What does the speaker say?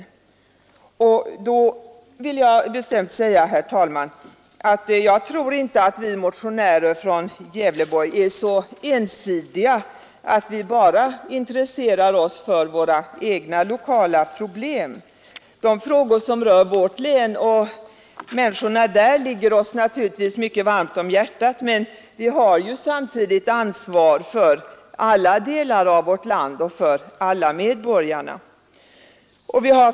Till det vill jag, herr talman, bestämt säga att vi motionärer från Gävleborgs län inte är så ensidiga att vi bara intresserar oss för våra egna lokala problem. De frågor som rör vårt län och människorna där ligger oss naturligtvis mycket varmt om hjärtat, men vi har samtidigt ansvar för alla delar av vårt land och för alla medborgare.